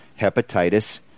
hepatitis